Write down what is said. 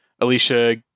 Alicia